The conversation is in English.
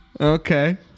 Okay